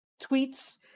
tweets